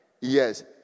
Yes